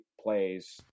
plays